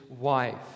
wife